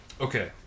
Okay